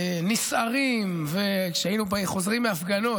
נסערים, כשהיינו חוזרים מההפגנות.